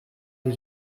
die